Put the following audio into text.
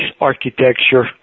architecture